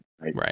right